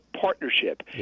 partnership